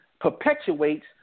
perpetuates